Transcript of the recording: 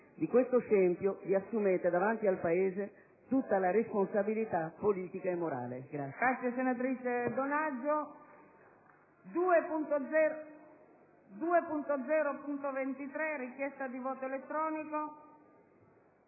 Di questo scempio vi assumete davanti al Paese tutta la responsabilità politica e morale.